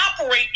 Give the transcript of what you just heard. operate